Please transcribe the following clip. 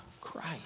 Christ